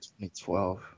2012